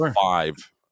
five